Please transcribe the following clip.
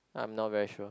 I'm not very sure